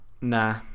nah